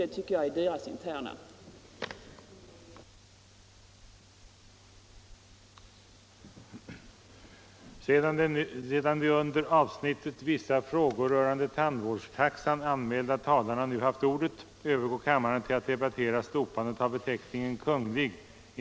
Det är deras interna angelägenhet.